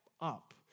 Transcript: up